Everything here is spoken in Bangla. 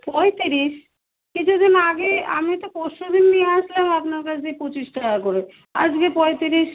পঁয়তিরিশ কিছু দিন আগে আমি তো পরশুদিন নিয়ে আসলাম আপনার কাছ দিয়ে পঁচিশ টাকা করে আজকে পঁয়তিরিশ